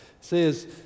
says